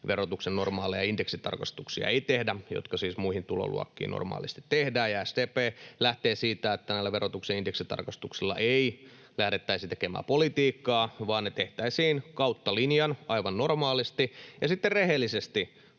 verotuksen normaaleja indeksitarkastuksia ei tehdä, jotka siis muihin tuloluokkiin normaalisti tehdään. SDP lähtee siitä, että näillä verotuksen indeksitarkastuksilla ei lähdettäisi tekemää politiikkaa, vaan ne tehtäisiin kautta linjan aivan normaalisti. Sitten rehellisesti